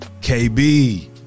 KB